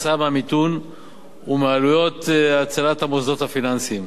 המיתון ועלויות הצלת המוסדות הפיננסיים.